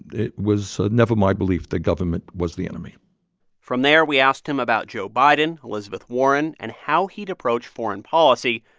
it was never my belief that government was the enemy from there, we asked him about joe biden, elizabeth warren and how he'd approach foreign policy.